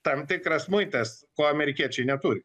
tam tikras muitas ko amerikiečiai neturi